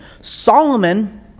Solomon